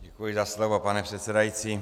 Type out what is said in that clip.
Děkuji za slovo, pane předsedající.